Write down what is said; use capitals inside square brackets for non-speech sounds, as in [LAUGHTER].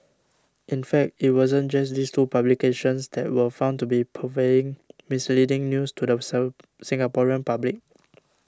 in fact it wasn't just these two publications that were found to be purveying misleading news to the [UNINTELLIGIBLE] Singaporean public